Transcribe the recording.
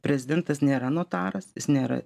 prezidentas nėra notaras jis nėra